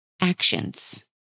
actions